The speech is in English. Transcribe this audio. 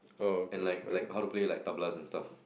and like like how to play like and stuff